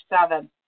seven